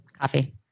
Coffee